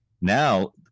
Now